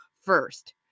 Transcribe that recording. first